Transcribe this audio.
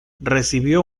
recibió